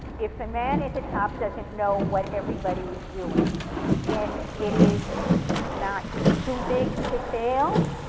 if the man at the top, doesn't know what everybody's doing then it is not too big to fail.